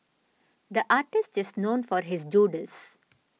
the artist is known for his doodles